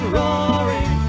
roaring